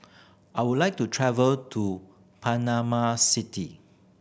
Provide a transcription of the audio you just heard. I would like to travel to Panama City